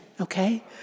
okay